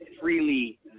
freely